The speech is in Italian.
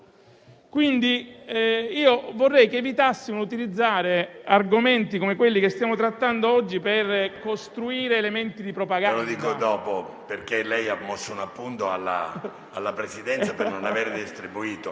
quindi che evitassimo di utilizzare argomenti come quelli che stiamo trattando oggi, per costruire elementi di propaganda.